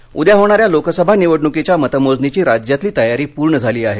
मतमोजणी उद्या होणाऱ्या लोकसभा निवडणूकीच्या मतमोजणीची राज्यातली तयारी पूर्ण झाली आहे